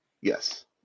Yes